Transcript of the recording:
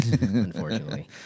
unfortunately